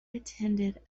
attended